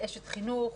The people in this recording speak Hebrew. כאשת חינוך,